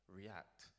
react